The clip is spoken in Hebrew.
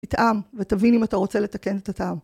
תטעם, ותבין אם אתה רוצה לתקן את הטעם.